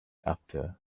after